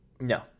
No